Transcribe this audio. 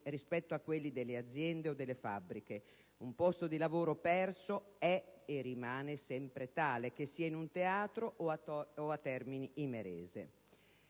rispetto a quelli delle aziende o delle fabbriche. Un posto di lavoro perso è e rimane sempre tale, che sia in un teatro o a Termini Imerese.